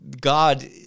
God